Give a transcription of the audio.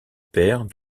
père